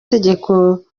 tegeko